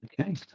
Okay